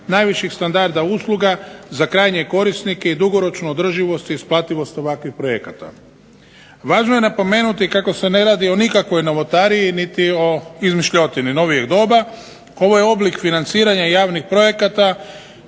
najviših standarda usluga za krajnje korisnike i dugoročnu održivost i isplativost ovakvih projekata. Važno je napomenuti kako se ne radi o nikakvoj novotariji niti o izmišljotini novijeg doba. Ovo je oblik financiranja javnih projekata